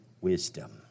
wisdom